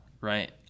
Right